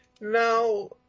Now